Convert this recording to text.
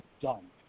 done